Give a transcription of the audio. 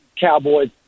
Cowboys